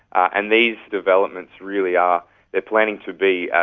and these developments really are planning to be,